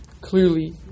clearly